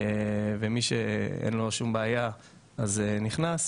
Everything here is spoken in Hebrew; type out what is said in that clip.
מי שאין לו שום בעיה נכנס,